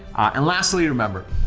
and lastly, remember,